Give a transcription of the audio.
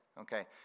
Okay